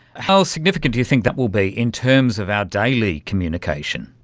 how significant do you think that will be in terms of our daily communication?